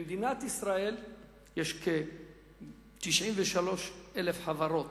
במדינת ישראל יש כ-93,000 חברות